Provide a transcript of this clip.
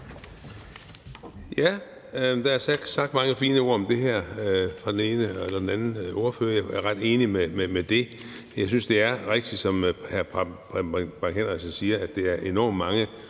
Der er sagt mange fine ord om det her af den ene og den anden ordfører, og jeg er ret enig i det. Jeg synes, det er rigtigt, som hr. Preben Bang Henriksen siger, at det er enormt mange